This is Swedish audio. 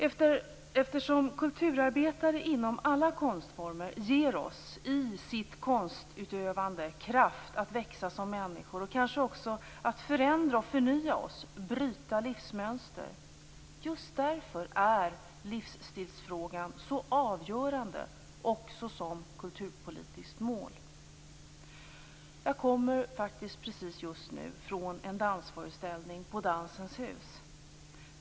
Eftersom kulturarbetare inom alla konstformer ger oss, i sitt konstutövande, kraft att växa som människor och kanske också att förändra och förnya oss och att bryta livsmönster är livsstilsfrågan så avgörande också som kulturpolitiskt mål. Jag kommer faktiskt precis just nu från en dansföreställning på Dansens hus.